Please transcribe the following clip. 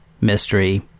mystery